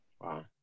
Wow